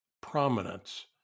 prominence